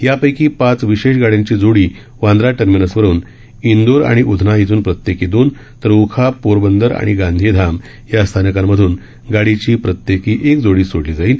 यापैकी पाच विशेष गाड्यांची जोडी वांद्रा टर्मिनसवरून इंदोर आणि उधना इथून प्रत्येकी दोन तर ओखा पोरबंदर आणि गांधीधाम या स्थानकांमधून गाडीची प्रत्येकी एक जोडी सोडण्यात येईल